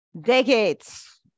decades